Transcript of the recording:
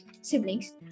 siblings